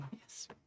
yes